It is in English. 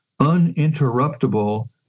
uninterruptible